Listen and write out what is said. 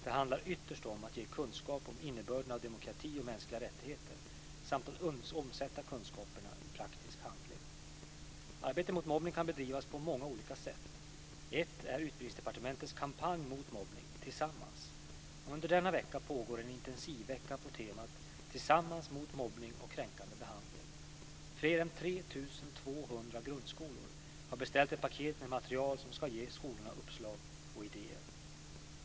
Det handlar ytterst om att ge kunskap om innebörden av demokrati och mänskliga rättigheter samt att omsätta kunskaperna i praktisk handling. Arbetet mot mobbning kan bedrivas på många olika sätt, ett är Utbildningsdepartementets kampanj mot mobbning, Tillsammans. Under denna vecka pågår en intensivvecka på temat "Tillsammans mot mobbning och kränkande behandling". Fler än 3 200 grundskolor har beställt ett paket med material som ska ge skolorna uppslag och idéer.